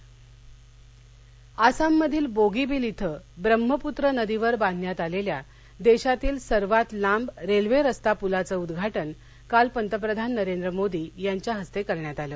पंतप्रधान पल उद्गाटन आसाममधील बोगीबील शिं ब्रह्मपूत्र नदीवर बांधण्यात आलेल्या देशातील सर्वात लांब रेल्वे रस्ता पुलाचं उद्वाटन काल पंतप्रधान नरेंद्र मोदी यांच्या हस्ते करण्यात आलं